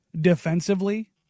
defensively